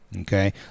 Okay